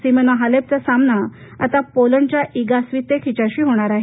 Simona हालेपचा सामना आता पोलंडच्या इगा स्वीतेक हिच्याशी होणार आहे